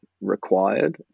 required